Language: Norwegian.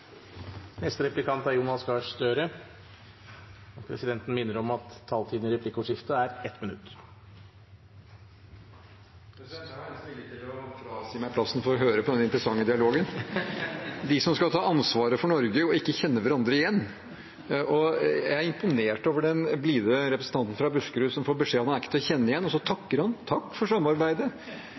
jeg nesten villig til å frasi meg plassen for å høre på den interessante dialogen – de som skal ta ansvaret for Norge og ikke kjenner hverandre igjen. Jeg er imponert over den blide representanten fra Buskerud som får beskjed om at han ikke er til å kjenne igjen, og så takker han og sier takk for samarbeidet.